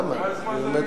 למה?